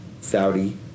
Saudi